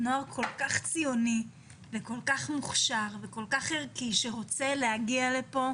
זה נוער כל כך ציוני וכל כך מוכשר וערכי שרוצה להגיע לפה